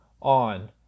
on